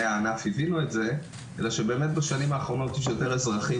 הענף הבינו את זה אלא שבאמת בשנים האחרונות יש יותר אזרחים